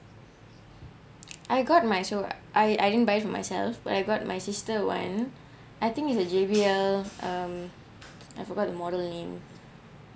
I got myself I I didn't buy for myself but I got my sister one I think is a J_B_L um I forgot the model name